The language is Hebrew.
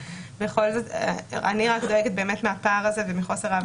אני דואגת בגלל הפער הזה ומחוסר ה-...